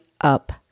up